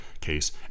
case